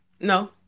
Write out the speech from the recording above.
No